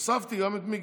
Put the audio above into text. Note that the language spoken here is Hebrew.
הוספתי גם את מיקי.